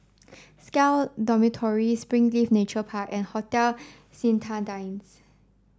SCAL Dormitory Springleaf Nature Park and Hotel Citadines